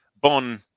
Bon